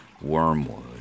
Wormwood